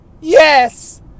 Yes